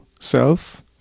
Self